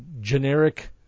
generic